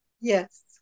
Yes